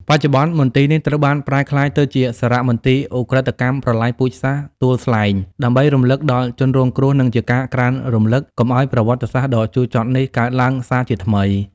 បច្ចុប្បន្ន មន្ទីរនេះត្រូវបានប្រែក្លាយទៅជាសារមន្ទីរឧក្រិដ្ឋកម្មប្រល័យពូជសាសន៍ទួលស្លែង ដើម្បីរំលឹកដល់ជនរងគ្រោះ និងជាការក្រើនរំលឹកកុំឱ្យប្រវត្តិសាស្ត្រដ៏ជូរចត់នេះកើតឡើងសាជាថ្មី។